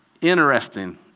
interesting